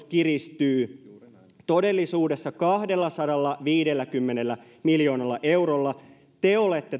kiristyy todellisuudessa kahdellasadallaviidelläkymmenellä miljoonalla eurolla te olette